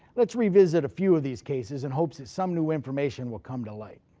let's revisit a few of these cases, in hopes that some new information will come to light.